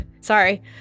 Sorry